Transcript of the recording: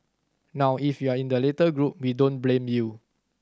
now if you're in the latter group we don't blame you